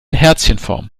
herzchenform